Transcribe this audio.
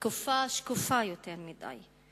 תקופה שקופה יותר מדי.